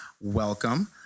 welcome